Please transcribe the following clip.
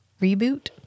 reboot